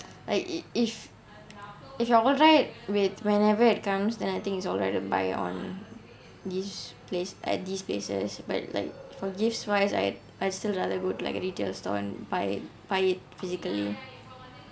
like if if you are alright with whenever it comes then I think is alright to buy on this place at these places but like for gifts-wise I I still rather go to like a retail store and buy it buy it physically